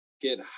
get